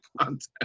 content